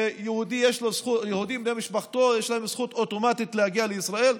שליהודי ולמשפחתו יש זכות אוטומטית להגיע לישראל,